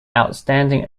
outstanding